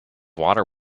water